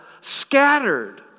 scattered